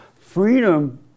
Freedom